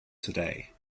today